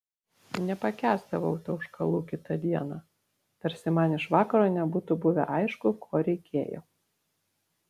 nepakęsdavau tauškalų kitą dieną tarsi man iš vakaro nebūtų buvę aišku ko reikėjo